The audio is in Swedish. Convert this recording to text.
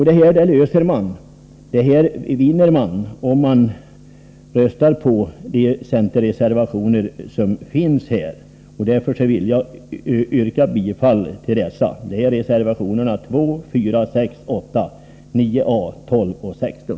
Detta vinner man om man röstar på de centerreservationer som har avgivits, och därför vill jag, herr talman, yrka bifall till dessa. De är reservationerna 2, 4, 6, 8,9 a, 12 och 16.